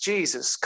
Jesus